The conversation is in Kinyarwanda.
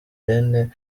rene